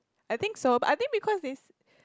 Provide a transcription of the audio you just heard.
I think so but I think because they